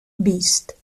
vist